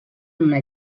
una